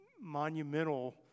monumental